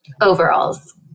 overalls